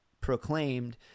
proclaimed